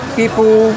people